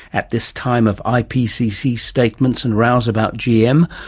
at this time of ah ipcc statements and rows about gm,